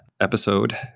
episode